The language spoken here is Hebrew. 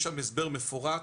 יש שם הסבר מפורט